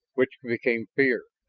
which became fear.